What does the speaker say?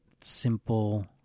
Simple